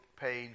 page